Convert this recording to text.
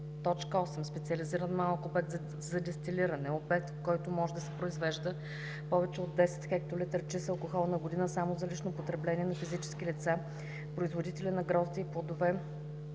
„8. „Специализиран малък обект за дестилиране“ е обект, в който може да се произвежда повече от 10 хектолитра чист алкохол на година само за лично потребление на физически лица – производители на грозде и плодове,